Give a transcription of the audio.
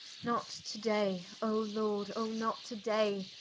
not to day, o lord, o not to day,